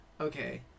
okay